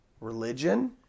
Religion